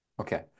Okay